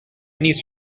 niece